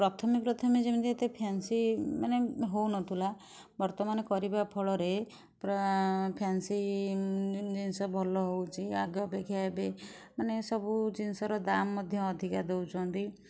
ପ୍ରଥମେ ପ୍ରଥମେ ଯେମତି ଏତେ ଫ୍ୟାନ୍ସି ମାନେ ହେଉନଥିଲା ବର୍ତ୍ତମାନ କରିବା ଫଳରେ ପୂରା ଫ୍ୟାନ୍ସି ଜିନଷ ଭଲ ହେଉଛି ଆଗ ଅପେକ୍ଷା ଏବେ ମାନେ ସବୁ ଜିନିଷର ଦାମ୍ ମଧ୍ୟ ଅଧିକା ଦେଉଛନ୍ତି